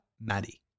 Maddie